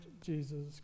Jesus